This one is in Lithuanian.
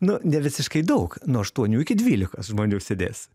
nu nevisiškai daug nuo aštuonių iki dvylikos žmonių sėdės